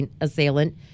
assailant